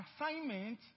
assignment